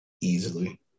Easily